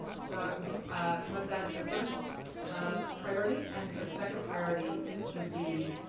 so i would promote that as the first ah priority and for the second priority would be